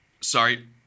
Sorry